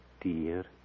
dear